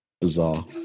bizarre